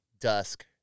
dusk